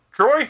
Troy